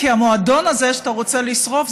כי המועדון הזה שאתה רוצה לשרוף,